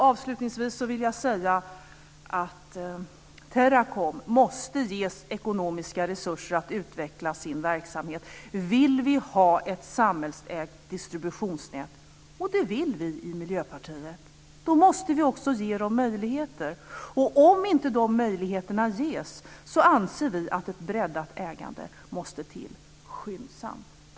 Avslutningsvis vill jag säga att Teracom måste ges ekonomiska resurser att utveckla sin verksamhet. Vill vi ha ett samhällsägt distributionsnät - det vill vi i Miljöpartiet - måste vi också ge det möjligheter. Om inte de möjligheterna ges så anser vi att ett breddat ägande måste till skyndsamt.